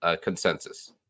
consensus